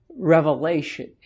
Revelation